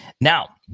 Now